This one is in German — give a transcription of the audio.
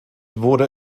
wurde